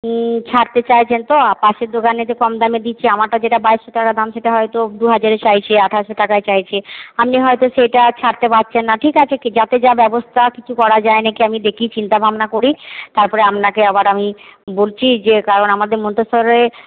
ছাড়তে চাইছেন তো পাশের দোকানে যে কম দামে দিচ্ছে আমারটা যেটা বাইশশো টাকা দাম সেটা হয়তো দুহাজারে চাইছে আঠাশশো টাকায় চাইছে আপনি হয়তো সেইটা আর ছাড়তে পারছেন না ঠিক আছে ঠিক আছে যাতে যা ব্যবস্থা কিছু করা যায় নাকি আমি দেখি চিন্তাভাবনা করি তারপরে আপনাকে আবার আমি বলছি যে কারণ আমাদের মন্তেশ্বরে